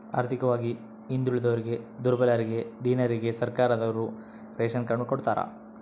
ಆರ್ಥಿಕವಾಗಿ ಹಿಂದುಳಿದೋರಿಗೆ ದುರ್ಬಲರಿಗೆ ದೀನರಿಗೆ ಸರ್ಕಾರದೋರು ರೇಶನ್ ಕಾರ್ಡ್ ಕೊಡ್ತಾರ